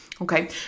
Okay